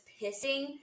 pissing